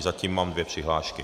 Zatím mám dvě přihlášky.